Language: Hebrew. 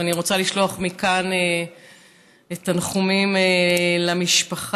אני רוצה לשלוח מכאן תנחומים למשפחה.